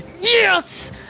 Yes